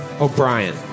O'Brien